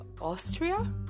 Austria